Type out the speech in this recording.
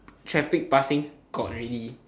traffic passing got already